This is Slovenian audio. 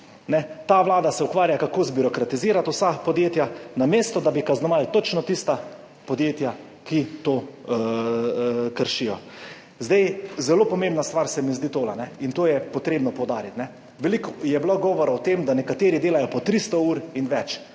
Ta vlada se ukvarja s tem, kako zbirokratizirati vsa podjetja, namesto da bi kaznovali točno tista podjetja, ki to kršijo. Zelo pomembna stvar se mi zdi tole in je treba to poudariti. Veliko je bilo govora o tem, da nekateri delajo po 300 ur in več.